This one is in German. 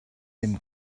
den